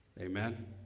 Amen